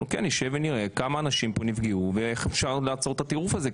נשב ונראה כמה אנשים פה נפגעו ואיך אפשר לעצור את הטירוף הזה.